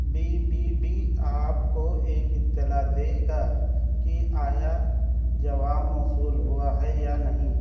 be B B آپ کو ایک اطلاع دے گا کہ آیا جواب موصول ہوا ہے یا نہیں